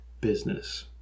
business